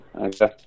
Okay